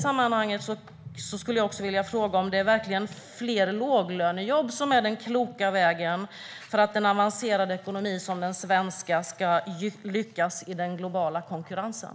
Är det verkligen fler låglönejobb som är den kloka vägen för att en avancerad ekonomi som den svenska ska lyckas i den globala konkurrensen?